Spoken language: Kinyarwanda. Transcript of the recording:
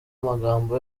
amagambo